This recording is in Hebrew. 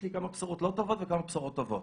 יש לי כמה בשורות לא טובות וכמה בשורות טובות,